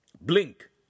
Blink